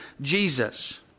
Jesus